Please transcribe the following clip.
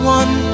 one